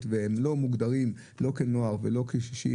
והם לא מוגדרים לא כנוער ולא קשישים,